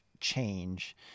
change